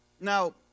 Now